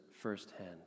firsthand